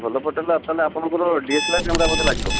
ଭଲ ଫୋଟୋ ହେଲେ ତାହେଲେ ଆପଣଙ୍କର D S L R camera ବୋଧେ ଲାଗିବ